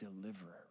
deliverer